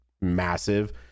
massive